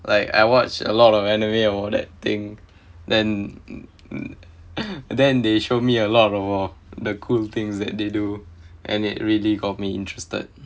like I watched a lot of anime about that thing then then they showed me a lot of all the cool things that they do and it really got me interested